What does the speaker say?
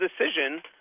decision